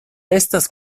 estas